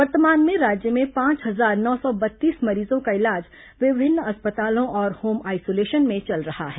वर्तमान में राज्य में पांच हजार नौ सौ बत्तीस मरीजों का इलाज विभिन्न अस्पतालों और होम आइसोलेशन में चल रहा है